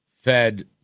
fed